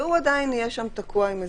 והוא עדיין יהיה תקוע שם עם הסדרים.